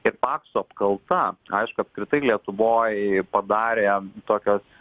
ir pakso apkalta aišku apskritai lietuvoj padarė tokios